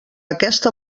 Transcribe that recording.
aquesta